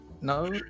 No